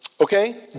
Okay